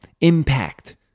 impact